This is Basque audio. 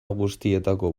guztietako